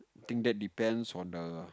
think that depends on the